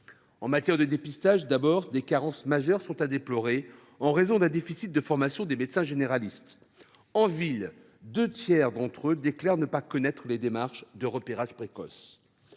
En matière de dépistage, d’abord, des carences majeures sont à déplorer en raison d’un déficit de formation des médecins généralistes. En ville, deux tiers d’entre eux déclarent ne pas connaître les démarches de repérage précoce.